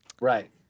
Right